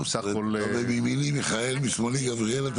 את אומר מימיני מיכאל, משמאלי גבריאל.